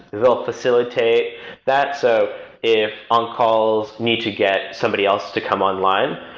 they'll facilitate that. so if on-calls need to get somebody else to come online,